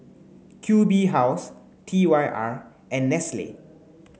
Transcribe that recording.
Q B House T Y R and Nestle